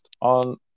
on